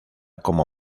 como